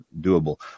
doable